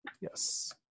Yes